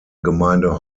gemeinde